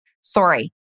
Sorry